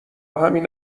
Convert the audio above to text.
همین